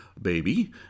baby